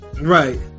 Right